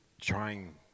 trying